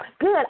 Good